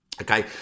okay